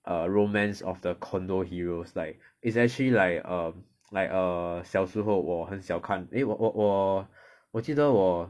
err romance of the condor heroes like it's actually like um like err 小时候我很小看 eh 我我我我记得我